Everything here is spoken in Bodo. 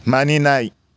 मानिनाय